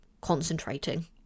concentrating